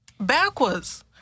Backwards